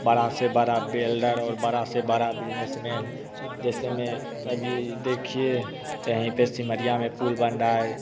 बड़ा से बड़ा बिल्डर और बड़ा से बड़ा बिज़नेसमैन जैसे मैं अभी देखिए यहीं पे सिमरिया में पुल बन रहा है